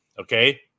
Okay